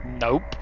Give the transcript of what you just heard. Nope